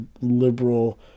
liberal